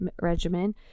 regimen